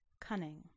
cunning